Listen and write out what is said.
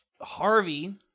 Harvey